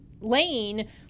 lane